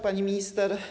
Pani Minister!